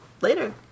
later